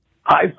Hi